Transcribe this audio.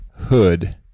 hood